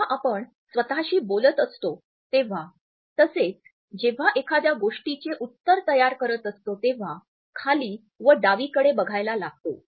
जेव्हा आपण स्वतःशी बोलत असतो तेव्हा तसेच जेव्हा एखाद्या गोष्टीचे उत्तर तयार करत असतो तेव्हा खाली व डावीकडे बघायला लागतो